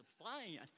flying